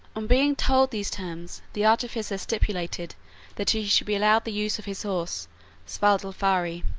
on being told these terms the artificer stipulated that he should be allowed the use of his horse svadilfari,